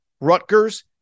Rutgers